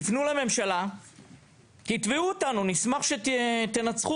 עובד קשה מאוד-מאוד וגם מייצג ציבור די רחב וגם מתנדב,